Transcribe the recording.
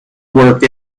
work